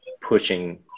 pushing